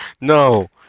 no